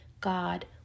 god